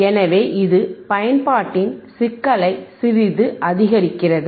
எனவே இது பயன்பாட்டின் சிக்கலை சிறிது அதிகரிக்கிறது